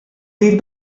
dit